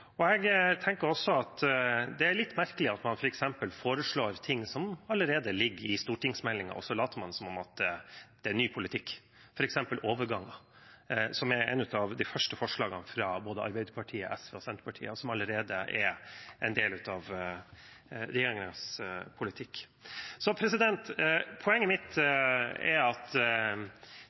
Jeg tenker også at det er litt merkelig at man f.eks. foreslår ting som allerede ligger i stortingsmeldingen, og så later man som om det er ny politikk, f.eks. overganger, som er et av de første forslagene fra Arbeiderpartiet, SV og Senterpartiet, som allerede er en del av regjeringens politikk. Poenget mitt er at